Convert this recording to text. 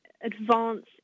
advance